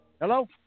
Hello